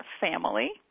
family